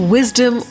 Wisdom